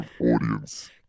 audience